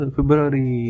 February